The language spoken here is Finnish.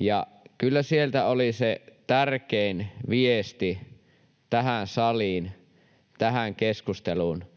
Ja kyllä sieltä oli se tärkein viesti tähän saliin, tähän keskusteluun,